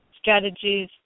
strategies